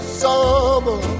summer